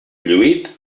lluït